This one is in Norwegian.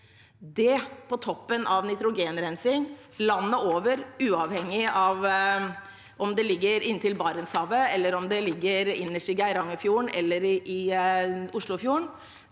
er på toppen av nitrogenrensing landet over, uavhengig av om det ligger inntil Barentshavet, innerst i Geirangerfjorden eller i Oslofjorden.